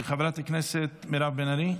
חברת הכנסת מירב בן ארי,